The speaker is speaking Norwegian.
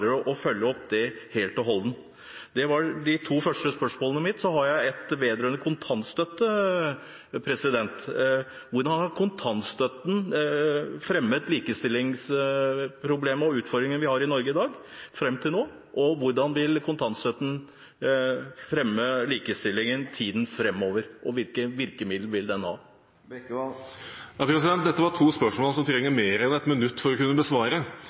å følge opp det helt og holdent? Det var de to første spørsmålene mine, og så har jeg ett vedrørende kontantstøtte. Hvordan har kontantstøtten fremmet likestillingsproblemet og -utfordringene vi har i Norge i dag, fram til nå, hvordan vil kontantstøtten fremme likestillingen i tiden framover, og hvilke virkninger vil den ha? Dette var spørsmål som jeg trenger mer enn 1 minutt for å kunne besvare.